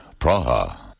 Praha